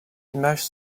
images